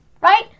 right